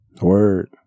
Word